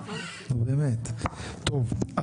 טוב,